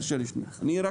אני רק